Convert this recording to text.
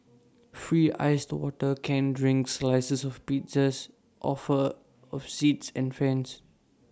free iced water canned drinks slices of pizzas offer of seats and fans